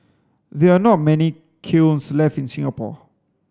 there are not many kilns left in Singapore